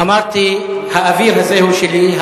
אמרתי: האוויר הזה הוא שלי,